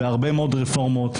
בהרבה מאוד רפורמות,